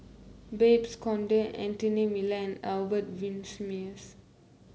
Babes Conde Anthony Miller Albert Winsemius